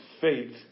faith